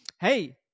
Hey